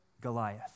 Goliath